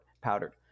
powdered